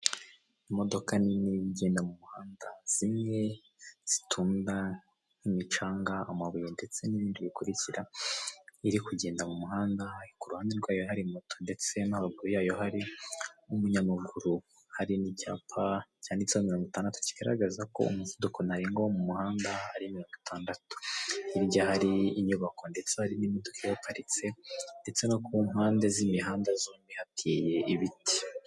Imodoka nini irimo igenda mu muhanda zimwe zitunda nk'imicanga, amabuye ndetse n'ibindi bikurikira. Iri kugenda mu muhanda ku ruhande rwayo hari moto ndetse no haruguru yayo hari umunyamaguru, hari n'icyapa cyanditseho mirongo itandatu kigaragazako umuvuduko ntarengwa wo mu muhanda ari mirongo itandatu. Hirya hari inyubako ndetse hari n'imodoka ihaparitse, ndetse no ku mpande z'imihanda zombi hateye ibiti.